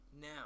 now